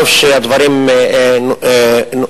טוב שהדברים נודעו,